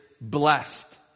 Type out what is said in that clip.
blessed